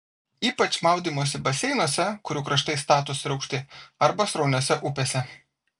ypač maudymosi baseinuose kurių kraštai statūs ir aukšti arba srauniose upėse